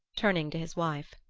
turning to his wife.